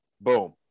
Boom